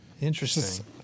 Interesting